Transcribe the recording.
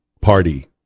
party